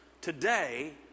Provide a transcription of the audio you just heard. today